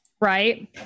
right